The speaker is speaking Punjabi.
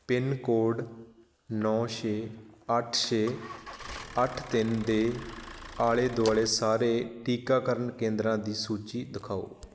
ਪਿੰਨ ਕੋਡ ਨੌ ਛੇ ਅੱਠ ਛੇ ਅੱਠ ਤਿੰਨ ਦੇ ਆਲੇ ਦੁਆਲੇ ਸਾਰੇ ਟੀਕਾਕਰਨ ਕੇਂਦਰਾਂ ਦੀ ਸੂਚੀ ਦਿਖਾਓ